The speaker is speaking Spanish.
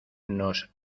nos